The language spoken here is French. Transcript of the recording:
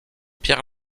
pierre